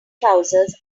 trousers